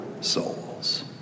souls